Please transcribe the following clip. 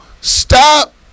stop